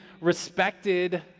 respected